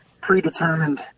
predetermined